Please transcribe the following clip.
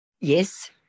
Yes